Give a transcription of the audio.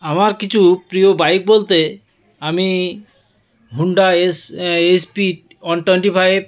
আমার কিছু প্রিয় বাইক বলতে আমি Honda S S P one twenty five